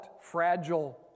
fragile